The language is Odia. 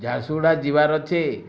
ଝାର୍ସୁଗୁଡ଼ା ଯିବାର୍ ଅଛି